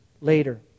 later